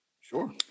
Sure